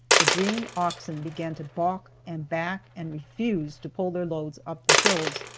the green oxen began to balk and back and refused to pull their loads up the hills,